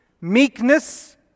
meekness